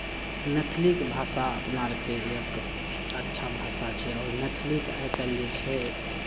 मैथिलीक भाषा अपना आरके एक अच्छा भाषा छै आओर मैथिलीक आइ काल्हि जे छै